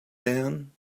ban